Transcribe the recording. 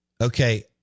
Okay